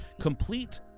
Complete